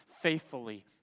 faithfully